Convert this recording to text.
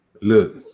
look